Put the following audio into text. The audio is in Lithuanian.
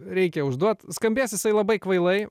reikia užduot skambės jisai labai kvailai